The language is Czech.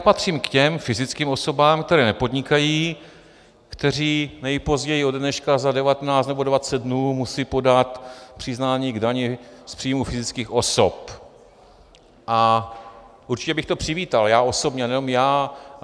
Patřím k těm fyzickým osobám, které nepodnikají, které nejpozději ode dneška za devatenáct nebo dvacet dnů musí podat přiznání k dani z příjmů fyzických osob, a určitě bych to přivítal já osobně, a nejenom já.